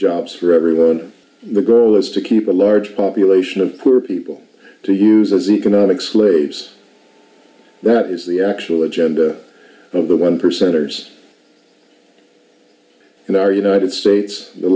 jobs for everyone the goal is to keep a large population of poor people to use as economic slaves that is the actual agenda of the one percenters in our united states the